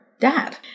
dad